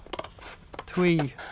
three